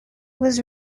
was